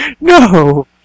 No